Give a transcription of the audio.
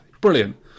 Brilliant